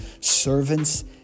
servants